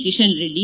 Kiran Reddy